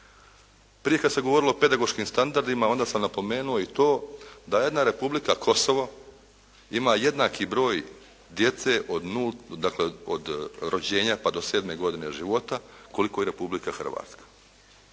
Prije kada se govorilo o pedagoškim standardima onda sam napomenuo i to, da jedna Republika Kosovo ima jednaki broj djece od rođenja, pa do sedme godine života, koliko i Republika Hrvatska,